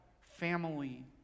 family